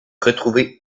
retrouver